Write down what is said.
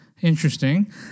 Interesting